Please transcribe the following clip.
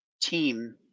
team